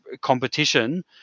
competition